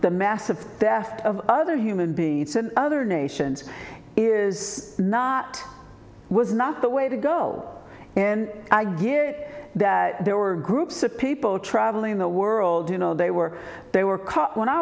the massive death of other human being it's an other nations is not was not the way to go and i get that there were groups of people traveling the world you know they were they were